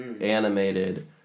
animated